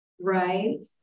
right